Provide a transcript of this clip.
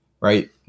right